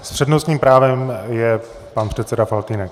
S přednostním právem je pan předseda Faltýnek.